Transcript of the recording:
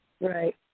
right